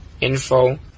info